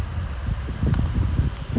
arguing mainly because of